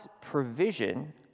provision